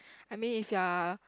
I mean if you're